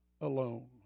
alone